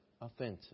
offensive